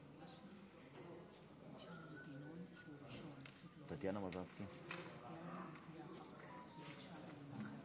חבריי חברי הכנסת, בעוד כמה ימים עומדת לפוג